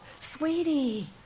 Sweetie